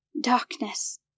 darkness